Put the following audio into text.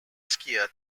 skier